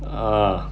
ah